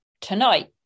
Tonight